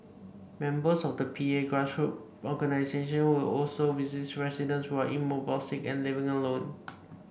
members of the P A grassroots organisations will also visit residents who are immobile sick and living alone